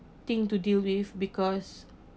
thing to deal with because